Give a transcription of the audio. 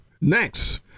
Next